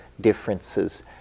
differences